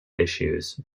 issues